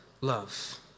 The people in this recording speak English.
love